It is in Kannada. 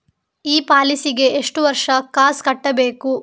ಈ ಪಾಲಿಸಿಗೆ ಎಷ್ಟು ವರ್ಷ ಕಾಸ್ ಕಟ್ಟಬೇಕು?